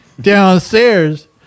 downstairs